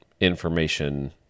information